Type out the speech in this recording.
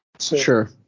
Sure